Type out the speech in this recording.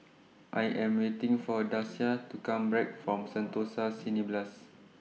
I Am waiting For Dasia to Come Back from Sentosa Cineblast